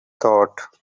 thought